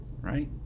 right